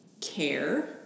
care